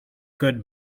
good